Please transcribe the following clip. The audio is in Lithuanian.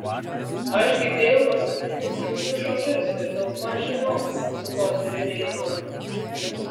aš girdėjau paskutinius jūsų žodžius ir daugmaž žinau su kuo turiu reikalą